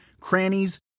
crannies